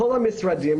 כל המשרדים,